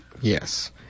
Yes